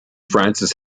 francis